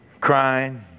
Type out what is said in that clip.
crying